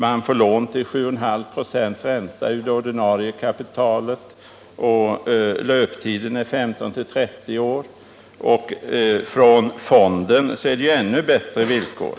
De får låna till 7,5 96 ränta ur det ordinarie kapitalet, och löptiden är 15-30 år. När det gäller specialfonden är det ännu bättre villkor.